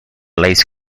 lays